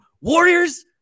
Warriors